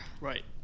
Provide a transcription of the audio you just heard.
right